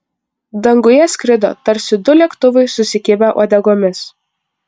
danguje skrido tarsi du lėktuvai susikibę uodegomis